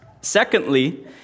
Secondly